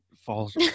falls